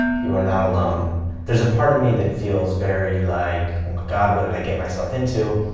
you are not alone. there's a part of me that feels very like oh my god. what did i get myself into?